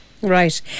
Right